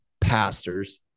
pastors